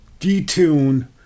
detune